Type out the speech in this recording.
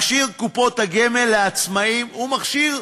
מכשיר קופות הגמל לעצמאים הוא מכשיר,